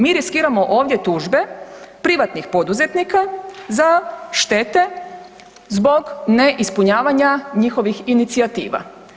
Mi riskiramo ovdje tužbe privatnih poduzetnika za štete zbog ne ispunjavanja njihovih inicijativa.